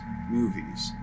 movies